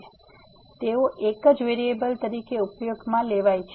તેથી તેઓ એક જ વેરીએબલ તરીકે ઉપયોગમાં લેવાય છે